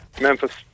Memphis